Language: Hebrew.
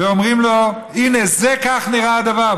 ואומרים לו: הינה, כך נראה הדבר.